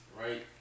right